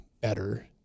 better